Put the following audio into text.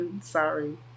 sorry